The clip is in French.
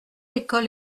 école